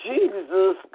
Jesus